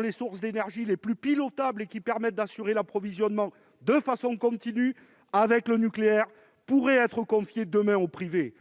les sources d'énergie les plus pilotables et qui permettent d'assurer l'approvisionnement de façon continue, avec le nucléaire -pourraient être confiés, demain, au privé.